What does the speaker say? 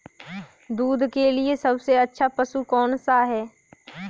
दूध के लिए सबसे अच्छा पशु कौनसा है?